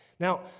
Now